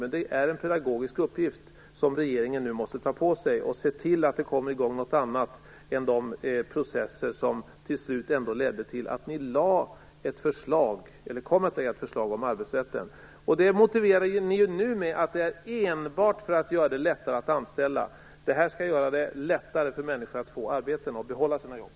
Men det är en pedagogisk uppgift som regeringen nu måste ta på sig, att se till att det kommer i gång någonting annat än de processer som till slut leder till att ni kommer att lägga fram ett förslag om arbetsrätten. Det motiverar ni nu med att det är enbart för att göra det lättare att anställa. Det här skall göra det lättare för människor att få arbeten och att behålla sina jobb.